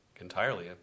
entirely